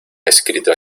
escrito